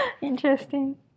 Interesting